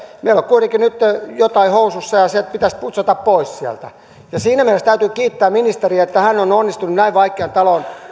meillä on kuitenkin jotain housussa ja se pitäisi putsata pois sieltä siinä mielessä täytyy kiittää ministeriä että hän on onnistunut näin vaikean